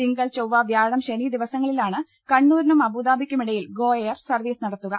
തിങ്കൾ ചൊവ്വ വ്യാഴം ശനി ദിവസങ്ങളിലാണ് കണ്ണൂരിനും അബൂദാബിക്കുമിടയിൽ ഗോഎയർ സർവീസ് നടത്തുക